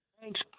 Thanks